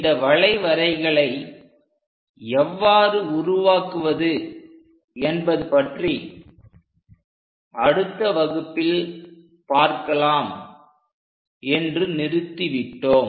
இந்த வளைவரைகளை எவ்வாறு உருவாக்குவது என்பது பற்றி அடுத்த வகுப்பில் பார்க்கலாம் என்று நிறுத்தி விட்டோம்